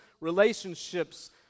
relationships